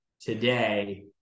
today